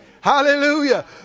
Hallelujah